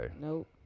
Nope